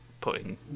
putting